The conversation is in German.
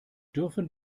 dürfen